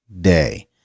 day